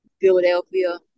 Philadelphia